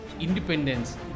independence